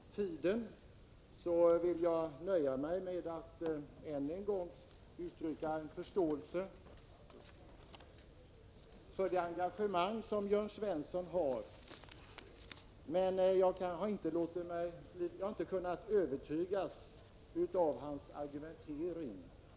Herr talman! Med hänsyn till tidsbristen vill jag nöja mig med att uttrycka min förståelse för Jörn Svenssons engagemang. Jag har dock inte kunnat övertygas av hans argumentation.